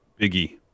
Biggie